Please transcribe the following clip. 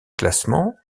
classement